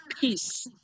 peace